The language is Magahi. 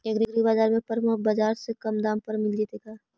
एग्रीबाजार में परमप बाजार से कम दाम पर मिल जैतै का?